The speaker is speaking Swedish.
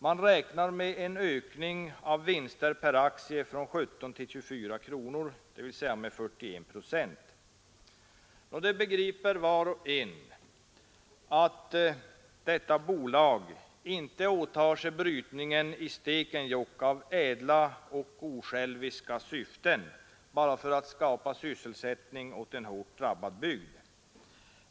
Man räknar med en ökning av vinsten per aktie från 17 till 24 kronor, dvs. med 41 procent.” Det begriper var och en att detta bolag inte åtar sig brytningen i Stekenjokk av ädla och osjälviska motiv, bara för att skapa sysselsättning åt en hårt drabbad bygd.